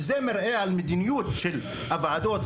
וזה מראה על מדיניות של הוועדות,